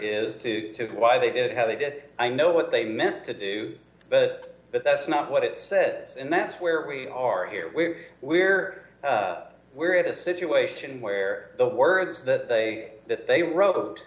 is to why they did it how they did i know what they meant to do but that's not what it says and that's where we are here where we're we're at a situation where the words that say that they wrote